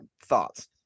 thoughts